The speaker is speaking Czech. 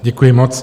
Děkuji moc.